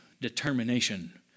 determination